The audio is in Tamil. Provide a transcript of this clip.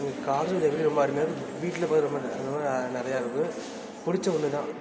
எங்கள் காலேஜ் லைப்ரரி ரொம்ப அருமையாக இருக்கும் வீட்டில கூட ரொம்ப இந்த மாதிரி நிறையா இருக்குது பிடிச்ச ஒன்று தான்